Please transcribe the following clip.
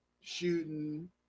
shooting